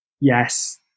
Yes